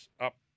up